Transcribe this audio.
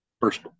First